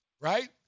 right